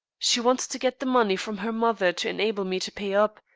she wanted to get the money from her mother to enable me to pay up,